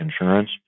insurance